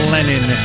Lennon